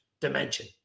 dimension